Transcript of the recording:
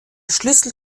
schlüssel